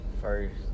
first